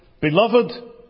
Beloved